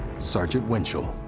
sergeant winchell.